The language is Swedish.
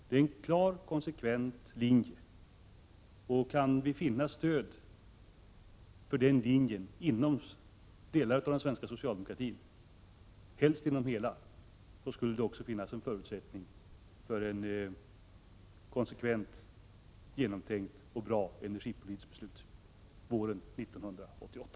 Det är en klar och konsekvent linje, och om vi kan finna stöd för den inom delar av och helst inom hela den svenska socialdemokratin, skulle det finnas förutsättningar för ett konsekvent, genomtänkt och bra energipolitiskt beslut våren 1988.